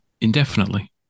indefinitely